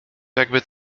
jakby